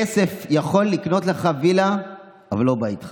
כסף יכול לקנות לך וילה, אבל לא בית חם.